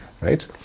right